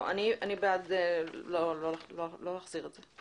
אני בעד לא להחזיר את זה.